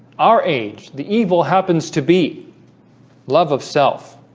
our age the evil happens to be love of self